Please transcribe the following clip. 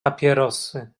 papierosy